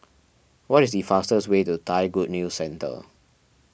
what is the fastest way to Thai Good News Centre